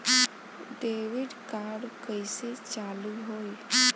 Debit card कइसे चालू होई?